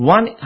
One